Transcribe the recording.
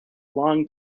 long